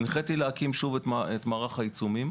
הנחיתי להקים שוב את מערך העיצומים.